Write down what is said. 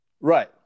Right